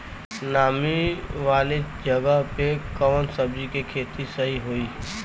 नामी वाले जगह पे कवन सब्जी के खेती सही होई?